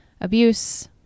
abuse